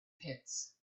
pits